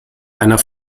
einer